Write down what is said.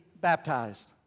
baptized